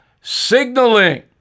signaling